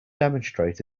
demonstrate